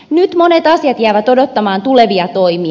nyt monet asiat jäävät odottamaan tulevia toimia